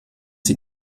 sie